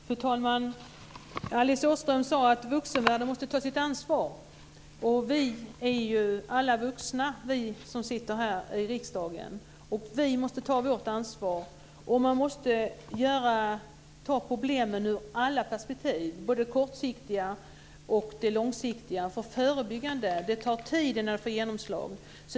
Fru talman! Alice Åström sade att vuxenvärlden måste ta sitt ansvar. Vi som sitter här i riksdagen är ju alla vuxna. Vi måste ta vårt ansvar. Man måste se problemen ur alla perspektiv, både kortsiktiga och långsiktiga. Det tar tid innan förebyggande arbete får genomslag.